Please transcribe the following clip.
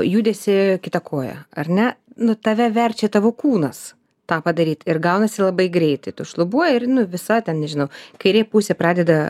judesį kita koja ar ne nu tave verčia tavo kūnas tą padaryt ir gaunasi labai greitai tu šlubuoji ir visa ten nežinau kairė pusė pradeda